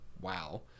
wow